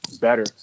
better